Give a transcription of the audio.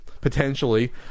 potentially